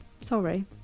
Sorry